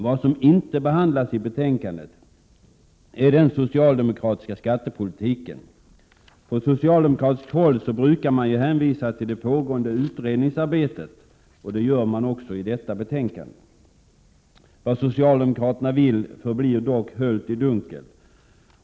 Vad som inte behandlas i betänkandet är den socialdemokratiska skattepolitiken. Från socialdemokratiskt håll brukar man ju hänvisa till det pågående utredningsarbetet, och det gör man också i detta betänkande. Vad socialdemokraterna vill förblir dock höljt i dunkel.